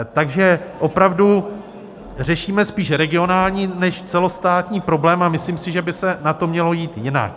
Takže opravdu řešíme spíš regionální než celostátní problém a myslím si, že by se na to mělo jít jinak.